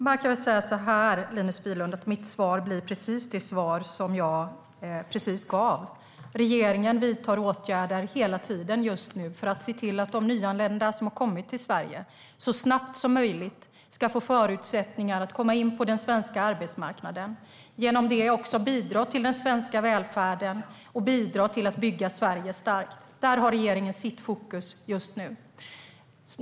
Fru talman! Mitt svar, Linus Bylund, blir det svar som jag precis gav. Regeringen vidtar just nu hela tiden åtgärder för att se till att de nyanlända som har kommit till Sverige så snabbt som möjligt ska få förutsättningar att komma in på den svenska arbetsmarknaden. Genom det kan de bidra till den svenska välfärden och till att bygga Sverige starkt. Där har regeringen sitt fokus just nu.